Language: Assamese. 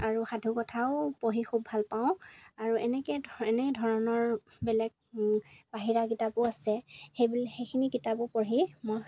আৰু সাধু কথাও পঢ়ি খুব ভালপাওঁ আৰু এনেকৈ এনেই ধৰণৰ বেলেগ বাহিৰা কিতাপো আছে সেইবিলাক সেইখিনি কিতাপো পঢ়ি মই